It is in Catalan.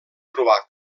trobar